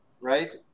right